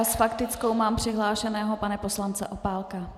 S faktickou mám přihlášeného pana poslance Opálku.